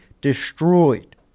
destroyed